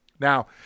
Now